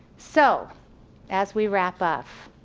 so as we wrap up,